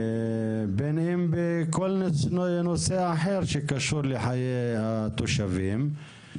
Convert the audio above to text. בין אם בכל נושא אחר שקשור לחיי התושבים.